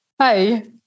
Hi